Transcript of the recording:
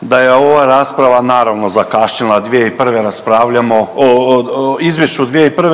da je ova rasprava naravno zakašnjela o Izvješću …